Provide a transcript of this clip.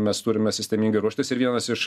mes turime sistemingai ruoštis ir vienas iš